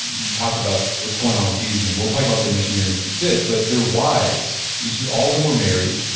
you talk about what's going on with these men, we'll talk about their mission here in a bit, but their wives. each of, all of them were married.